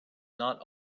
not